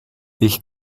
ich